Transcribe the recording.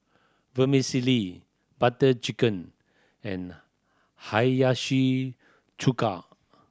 Vermicelli Butter Chicken and Hiyashi Chuka